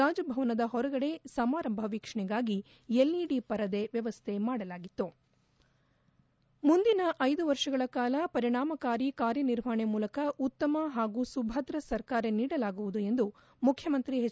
ರಾಜಭವನದ ಹೊರಗಡೆ ಸಮಾರಂಭ ವೀಕ್ಷಣೆಗಾಗಿ ಎಲ್ಇಡಿ ಪರದೆ ವ್ಯವಸ್ಥೆ ಮಾಡಲಾಗಿತ್ತು ಮುಂದಿನ ಐದು ವರ್ಷಗಳ ಕಾಲ ಪರಿಣಾಮಕಾರಿ ಕಾರ್ಯನಿರ್ವಾಪಣೆ ಮೂಲಕ ಉತ್ತಮ ಹಾಗೂ ಸುಭದ್ರ ಸರ್ಕಾರ ನೀಡಲಾಗುವುದು ಎಂದು ಮುಖ್ಜಮಂತ್ರಿ ಎಚ್